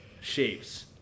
shapes